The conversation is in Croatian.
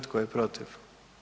Tko je protiv?